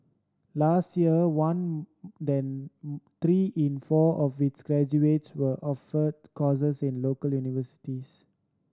last year one than three in four of its graduates were offered courses in local universities